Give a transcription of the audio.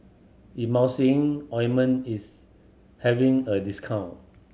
Emulsying Ointment is having a discount